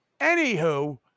anywho